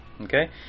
Okay